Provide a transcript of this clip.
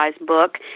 book